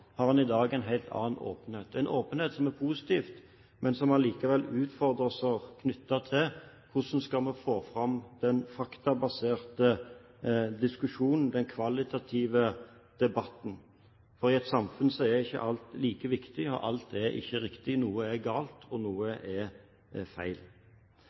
har en i dag en helt annen åpenhet – en åpenhet som er positiv, men som allikevel utfordrer oss med tanke på hvordan en skal få fram den faktabaserte diskusjonen, den kvalitative debatten, for i et samfunn er ikke alt like viktig, alt er ikke riktig. Noe er galt, og noe er feil.